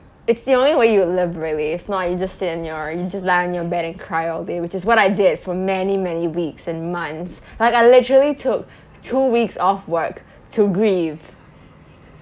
it's the only way you liberate it if not you just sit on your you just lie on your bed and cry all day which is what I did for many many weeks and months like I literally took two weeks off work to grieve